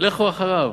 לכו אחריו,